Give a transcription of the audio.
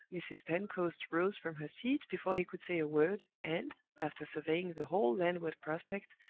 mrs. pentecost rose from her seat before he could say a word, and, after surveying the whole landward prospect,